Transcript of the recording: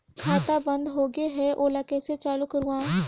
खाता बन्द होगे है ओला कइसे चालू करवाओ?